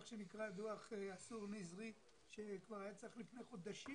שנקרא דוח עשור נזרי שכבר היה צריך לפני חודשים